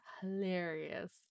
hilarious